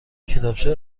کتابچه